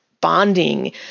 bonding